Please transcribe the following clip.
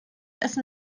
essen